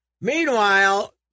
Meanwhile